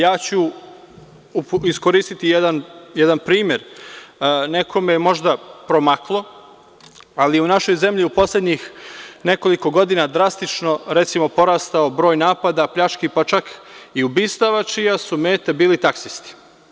Ja ću iskoristiti jedan primer, nekome je možda promaklo, ali u našoj zemlji u poslednjih nekoliko godina je drastično recimo porastao broj napada, pljački, pa čak i ubistava, čija su meta bili taksisti.